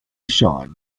shan